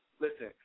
listen